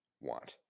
want